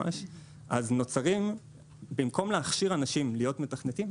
אז במקום להכשיר אנשים להיות מתכנתים,